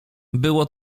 było